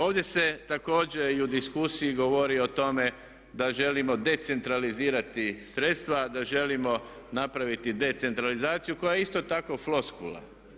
Ovdje se također i u diskusiji govori o tome da želimo decentralizirati sredstva, da želimo napraviti decentralizaciju koja je isto tako floskula.